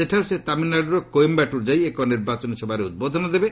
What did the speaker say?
ସେଠାରୁ ସେ ତାମିଲନାଡୁର କୋଏମ୍ବାଟୁର୍ ଯାଇ ଏକ ନିର୍ବାଚନୀ ସଭାରେ ଉଦ୍ବୋଧନ ଦେବେ